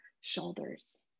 shoulders